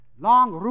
Long